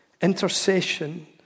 Intercession